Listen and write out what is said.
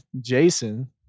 Jason